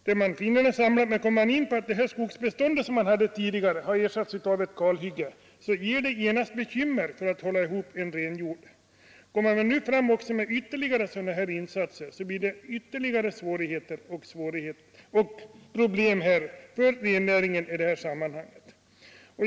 När man finner att det tidigare skogsbeståndet ersatts av ett kalhygge, uppstår genast bekymmer för att kunna hålla ihop renhjorden. Går man sedan fram med ytterligare insatser, uppstår än större svårigheter och problem för rennäringen.